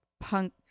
punk